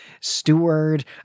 steward